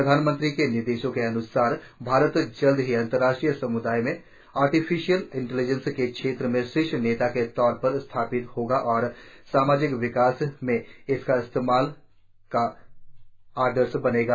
प्रधानमंत्री के निर्देशों के अन्सार भारत जल्दी ही अंतर्राष्ट्रीय सम्दाय में आर्टिफिशियल इंटेलिजेन्स के क्षेत्र में शीर्ष नेता के तौर पर स्थापित होगा और सामाजिक विकास में इसके इस्तेमाल का आदर्श बनेगा